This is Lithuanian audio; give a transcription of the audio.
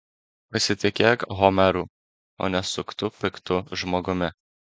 pasitikėk homeru o ne suktu piktu žmogumi